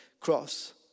cross